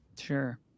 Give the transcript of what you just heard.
Sure